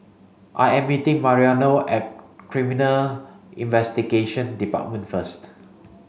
I am meeting Mariano at Criminal Investigation Department first